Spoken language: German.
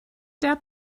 der